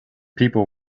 people